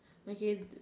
okay the